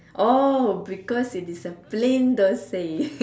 orh because it is a plain dosai